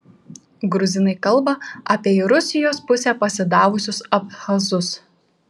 gruzinai kalba apie į rusijos pusę pasidavusius abchazus